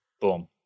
Boom